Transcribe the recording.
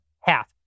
Half